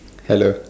hello